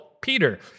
Peter